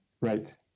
Right